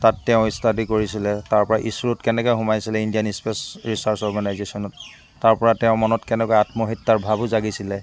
তাত তেওঁ ষ্টাডি কৰিছিলে তাৰপৰা ইছৰোত কেনেকৈ সোমাইছিলে ইণ্ডিয়ান স্পে'চ ৰিচাৰ্ছ অৰ্গেনাইজেশ্যনত তাৰপৰা তেওঁ মনত কেনেকৈ আত্মহত্যাৰ ভাৱো জাগিছিলে